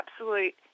absolute